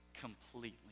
completely